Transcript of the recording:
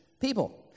people